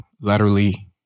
laterally